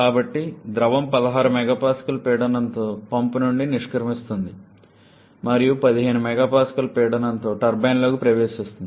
కాబట్టి ద్రవం 16 MPa పీడనం తో పంపు నుండి నిష్క్రమిస్తుంది మరియు 15 MPa పీడనం లో టర్బైన్లోకి ప్రవేశిస్తుంది